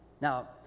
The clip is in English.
Now